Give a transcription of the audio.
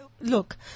look